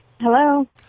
Hello